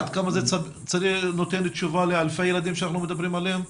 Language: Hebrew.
עד כמה זה נותן תשובה לאלפי ילדים שאנחנו מדברים עליהם?